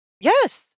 yes